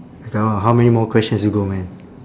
wait ah how many more questions you got man